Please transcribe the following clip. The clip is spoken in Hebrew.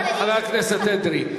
חבר הכנסת אדרי.